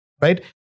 right